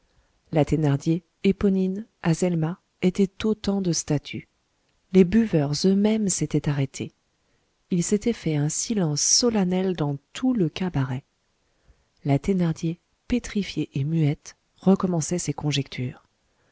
la thénardier éponine azelma étaient autant de statues les buveurs eux-mêmes s'étaient arrêtés il s'était fait un silence solennel dans tout le cabaret la thénardier pétrifiée et muette recommençait ses conjectures